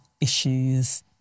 issues